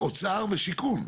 אוצר ושיכון.